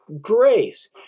grace